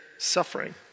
suffering